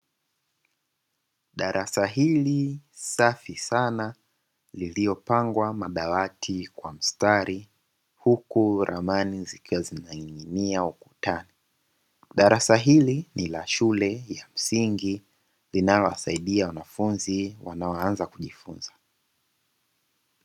Darasa hili safi sana lililopangwa madawati kwa mstari huku ramani zikiwa zinaning'ing'ia ukutani, darasa hili ni la shule ya msingi linalowasaidia wanafunzi wanaoanza kujifunza.